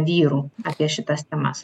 vyrų apie šitas temas